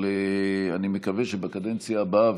אבל אני מקווה שבקדנציה הבאה,